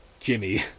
Jimmy